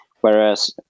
Whereas